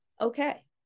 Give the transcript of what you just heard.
Okay